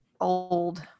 old